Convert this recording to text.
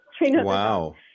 Wow